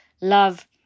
love